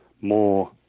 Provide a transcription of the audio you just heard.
more